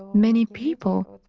but many people,